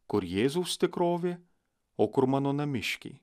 kur jėzaus tikrovė o kur mano namiškiai